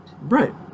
Right